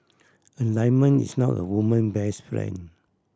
a diamond is not a woman best friend